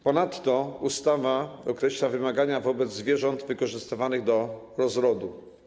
Ponadto ustawa określa wymagania wobec zwierząt wykorzystywanych do rozrodu.